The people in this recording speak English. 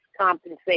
compensation